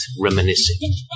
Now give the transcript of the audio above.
reminiscing